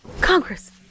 Congress